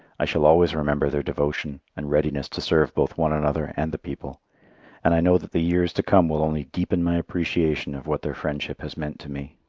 i shall always remember their devotion, and readiness to serve both one another and the people and i know that the years to come will only deepen my appreciation of what their friendship has meant to me.